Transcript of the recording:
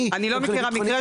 אתחיל עם אשקלון.